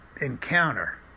encounter